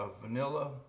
vanilla